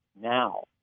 now